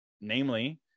namely